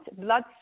blood